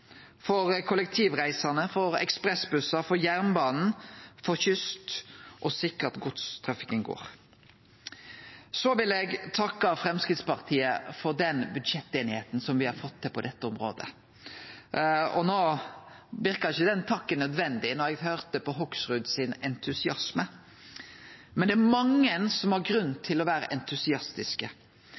for luftfarten, for kollektivreisande, for ekspressbussar, for jernbanen, for kyst og for å sikre at godstrafikken går. Så vil eg takke Framstegspartiet for den budsjetteinigheita som me har fått til på dette området – no verka ikkje den takken nødvendig da eg høyrde Hoksrud sin entusiasme. Det er mange som har grunn til å vere entusiastiske.